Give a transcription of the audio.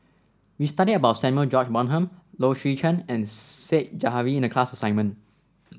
we studied about Samuel George Bonham Low Swee Chen and Said Zahari in the class assignment